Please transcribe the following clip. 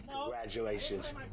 Congratulations